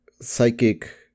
psychic